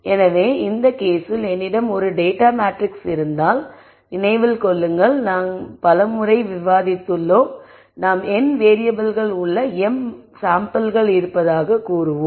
எனவே இந்த விஷயத்தில் என்னிடம் ஒரு டேட்டா மேட்ரிக்ஸ் இருந்தால் நினைவில் கொள்ளுங்கள் நாங்கள் பல முறை விவாதித்தோம் நாம் n வேறியபிள்கள் உள்ள m மாதிரிகள் இருப்பதாகக் கூறுவோம்